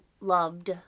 loved